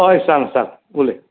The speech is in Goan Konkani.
हय सांग सांग उलय